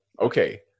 okay